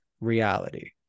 reality